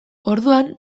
orduan